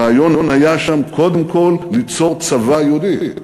הרעיון היה שם קודם כול ליצור צבא יהודי,